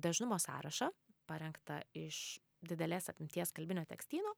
dažnumo sąrašą parengtą iš didelės apimties kalbinio tekstyno